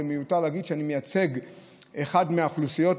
ומיותר להגיד שאני מייצג את אחת מהאוכלוסיות